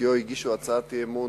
שבעטיו הגישו הצעת אי-אמון,